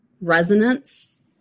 resonance